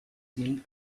seen